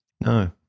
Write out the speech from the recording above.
No